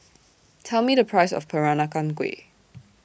Tell Me The Price of Peranakan Kueh